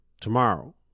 tomorrow